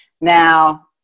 now